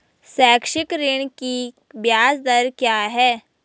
शैक्षिक ऋण की ब्याज दर क्या है?